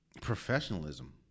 professionalism